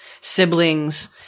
siblings